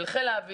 עם חיל האוויר,